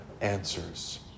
answers